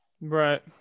Right